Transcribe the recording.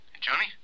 Johnny